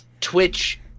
Twitch